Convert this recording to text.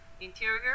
Interior